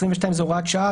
22 זו הוראת שעה.